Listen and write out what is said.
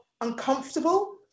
uncomfortable